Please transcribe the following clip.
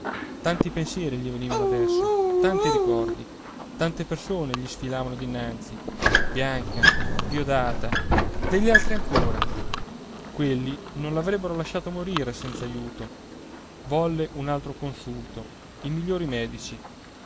tanti pensieri gli venivano adesso tanti ricordi tante persone gli sfilavano dinanzi bianca diodata degli altri ancora quelli non l'avrebbero lasciato morire senza aiuto volle un altro consulto i migliori medici